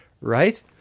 right